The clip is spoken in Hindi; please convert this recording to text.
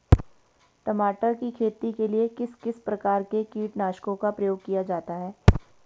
टमाटर की खेती के लिए किस किस प्रकार के कीटनाशकों का प्रयोग किया जाता है?